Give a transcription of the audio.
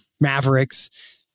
mavericks